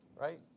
right